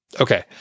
Okay